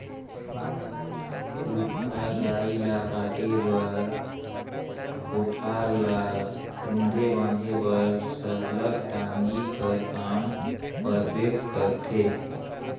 रूख राई ल काटे बर, कोठार ल रूधे बांधे बर सरलग टागी कर काम परबे करथे